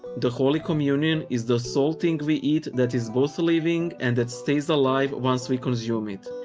the holy communion is the sole thing we eat that is both living and that stays alive once we consume it.